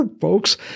folks